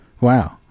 Wow